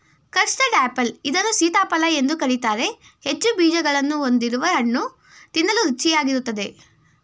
custard apple ಇದನ್ನು ಸೀತಾಫಲ ಎಂದು ಕರಿತಾರೆ ಹೆಚ್ಚು ಬೀಜಗಳನ್ನು ಹೊಂದಿರುವ ಹಣ್ಣು ತಿನ್ನಲು ರುಚಿಯಾಗಿರುತ್ತದೆ